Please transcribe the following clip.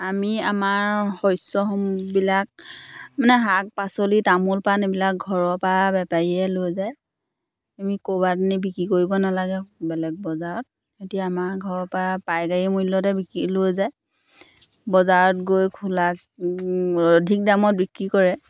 আমি আমাৰ শস্যসমূহবিলাক মানে শাক পাচলি তামোল পাণ এইবিলাক ঘৰৰ পৰা বেপাৰীয়ে লৈ যায় আমি ক'ৰবাত নি বিক্ৰী কৰিব নেলাগে বেলেগ বজাৰত এতিয়া আমাৰ ঘৰৰ পৰা পাইকাৰী মূল্যতে বিকি লৈ যায় বজাৰত গৈ খোলা অধিক দামত বিক্ৰী কৰে